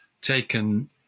taken